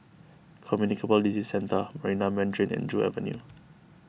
Communicable Disease Centre Marina Mandarin and Joo Avenue